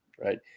right